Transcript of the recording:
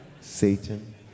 Satan